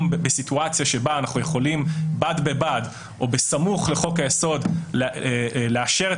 בסיטואציה שבה אנחנו יכולים בד בבד או בסמוך לחוק היסוד לאשר את